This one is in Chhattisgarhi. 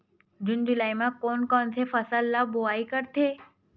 जून जुलाई म कोन कौन से फसल ल बोआई करथे?